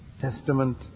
Testament